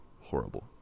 horrible